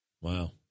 Wow